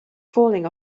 falling